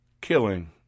killing